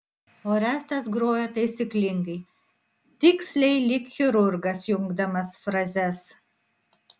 orestas grojo taisyklingai tiksliai lyg chirurgas jungdamas frazes